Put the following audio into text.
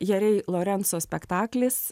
jerei lorenco spektaklis